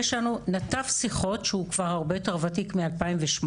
יש לנו נתב שיחות שהוא כבר הרבה יותר וותיק מ-2008,